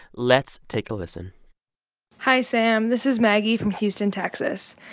let's take a listen hi, sam. this is maggie from houston, texas.